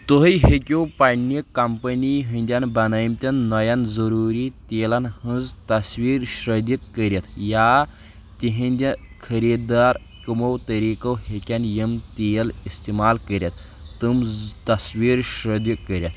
تُہۍ ہٮ۪کِو پننہِ كمپنی ہندٮ۪ن بنٲیمتٮ۪ن نوین ضروٗری تیٖلن ہٕنٛز تصویٖر شرۄدِ کٔرِتھ یا تِہنٛدِ خریٖدار کمو طٔریٖقو ہٮ۪کن یم تیٖل استعمال کٔرتھ تم تصویٖر شرۄدِ کٔرِتھ